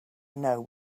know